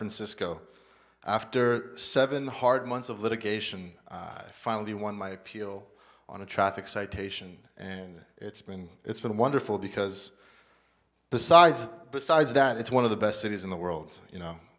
francisco after seven hard months of litigation i finally won my heel on a traffic citation and it's been it's been wonderful because besides besides that it's one of the best cities in the world you know